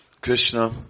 Krishna